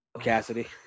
Cassidy